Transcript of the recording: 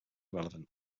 relevant